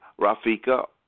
Rafika